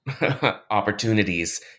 opportunities